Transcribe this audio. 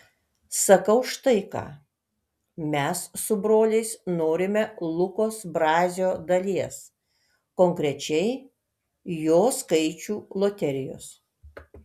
sakau štai ką mes su broliais norime lukos brazio dalies konkrečiai jo skaičių loterijos